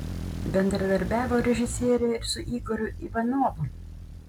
bendradarbiavo režisierė ir su igoriu ivanovu